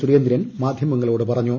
സുരേന്ദ്രൻ മാധ്യമങ്ങളോട് പറഞ്ഞു